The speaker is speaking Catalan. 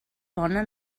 bona